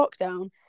lockdown